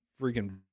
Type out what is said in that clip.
freaking